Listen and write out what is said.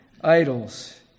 idols